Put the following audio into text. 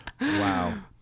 Wow